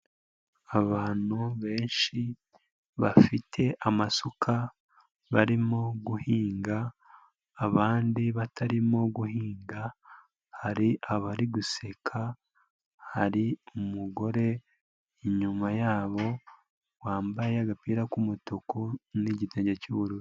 Abantu benshi bafite amasuka barimo guhinga abandi batarimo guhinga. Hari abari guseka, hari umugore inyuma yabo, wambaye agapira k'umutuku n'igitenge cy'ubururu.